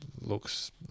looks